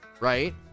right